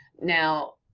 now,